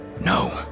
No